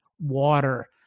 water